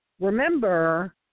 Remember